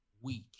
week